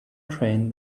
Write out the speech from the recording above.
train